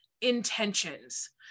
intentions